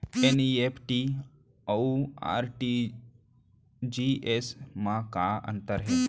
NEFT अऊ RTGS मा का अंतर हे?